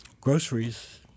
groceries